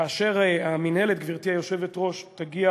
כאשר המינהלת, גברתי היושבת-ראש, תגיע